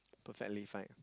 perfectly fine